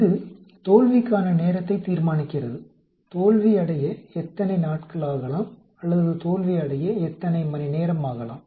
இது தோல்விக்கான நேரத்தை தீர்மானிக்கிறது தோல்வியடைய எத்தனை நாட்கள் ஆகலாம் அல்லது தோல்வியடைய எத்தனை மணி நேரம் ஆகலாம்